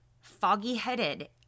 foggy-headed